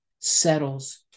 settles